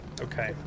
Okay